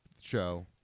show